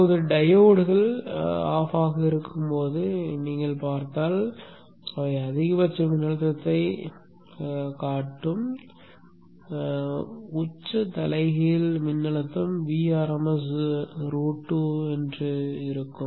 இப்போதுடையோட்கள் அணைக்கப்படும் போது நீங்கள் பார்த்தால் அவை அதிகபட்ச மின்னழுத்தத்தைக் காணும் உச்ச தலைகீழ் மின்னழுத்தம் Vrms √2 ஆக இருக்கும்